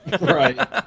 Right